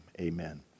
amen